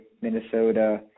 Minnesota